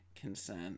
consent